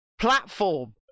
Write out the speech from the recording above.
platform